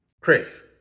Chris